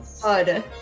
God